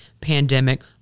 pandemic